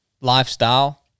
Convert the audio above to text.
lifestyle